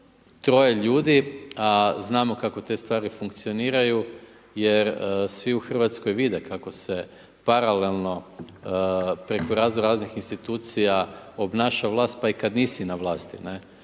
troje ljudi a znamo kako te stvari funkcioniraju jer svi u Hrvatskoj vide kako se paralelno preko raznoraznih institucija obnaša vlast pa i kad nisi na vlasti, ne,